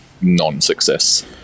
non-success